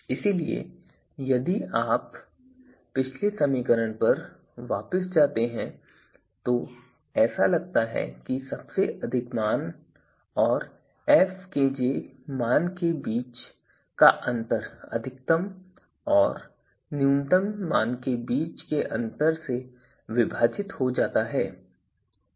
इसलिए यदि आप पिछले समीकरण पर वापस जाते हैं तो ऐसा लगता है कि अधिकतम मान और fkj मान के बीच का अंतर अधिकतम और न्यूनतम मान के बीच के अंतर से विभाजित हो जाता है